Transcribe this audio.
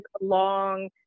long